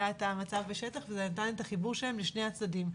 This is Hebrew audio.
היה את המצב בשטח ואת החיבור לשני הצדדים.